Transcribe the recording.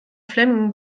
flemming